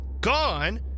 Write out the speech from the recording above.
gone